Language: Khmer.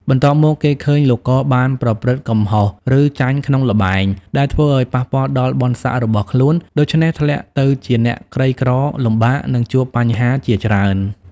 បន្ទាប់មក គេឃើញលោក ក បានប្រព្រឹត្តកំហុស ឬចាញ់ក្នុងល្បែង ដែលធ្វើអោយប៉ះពាល់ដល់បុណ្យស័ក្តិរបស់ខ្លួន ដូច្នេះធ្លាក់ទៅជាអ្នកក្រីក្រលំបាក និងជួបបញ្ហាជាច្រើន។